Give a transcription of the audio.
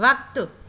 वक़्तु